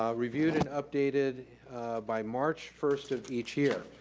um reviewed and updated by march first of each year.